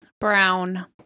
Brown